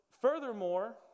furthermore